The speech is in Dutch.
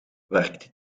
werkt